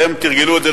והם תרגלו את זה,